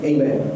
Amen